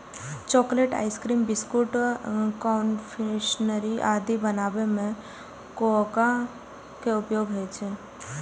chocolate, ice cream, biscuit, confectionery आदि बनाबै मे कोकोआ के उपयोग होइ छै